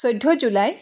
চৈধ্য জুলাই